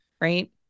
right